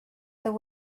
their